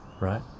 right